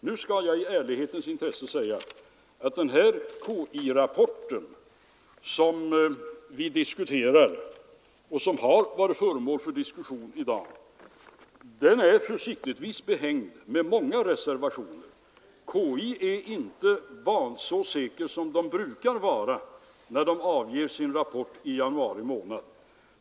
Nu skall jag i ärlighetens intresse säga, att den här KlI-rapporten, som varit föremål för diskussion i dag, försiktigtvis är behängd med många reservationer. Man är på KI inte så säker som man brukar vara när man avger sin rapport i januari månad.